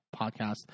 podcast